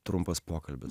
trumpas pokalbis